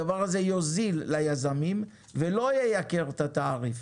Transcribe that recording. הדבר הזה יוזיל ליזמים ולא ייקר את התעריף,